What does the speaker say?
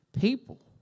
people